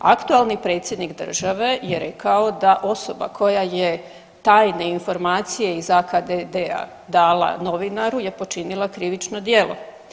Aktualni predsjednik države je rekao da osoba koja je tajne informacije iz AKD-a dala novinaru je počinila krivično djelo.